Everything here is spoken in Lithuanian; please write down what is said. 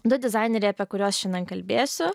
du dizaineriai apie kuriuos šenan kalbėsiu